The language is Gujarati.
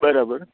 બરાબર